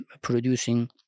producing